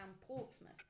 Portsmouth